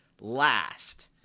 last